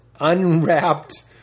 unwrapped